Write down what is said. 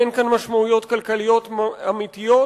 אין כאן עלויות כלכליות אמיתיות